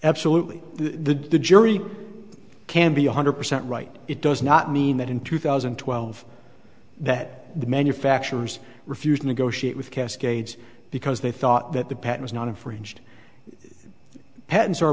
absolutely to the jury can be one hundred percent right it does not mean that in two thousand and twelve that the manufacturers refused to negotiate with cascades because they thought that the patents not infringed pens or